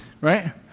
right